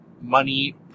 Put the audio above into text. money